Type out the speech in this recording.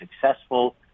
successful